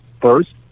first